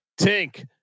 Tink